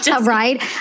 Right